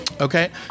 okay